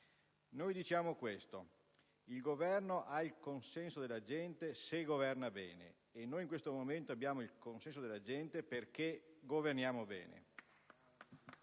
Noi diciamo che il Governo ha il consenso della gente se governa bene; in questo momento noi abbiamo il consenso della gente perché governiamo bene